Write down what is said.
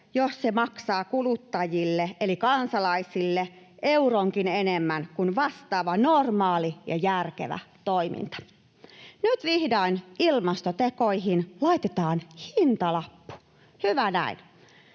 jos se maksaa kuluttajille eli kansalaisille euronkin enemmän kuin vastaava normaali ja järkevä toiminta. Nyt vihdoin ilmastotekoihin laitetaan hintalappu. Hyvä näin,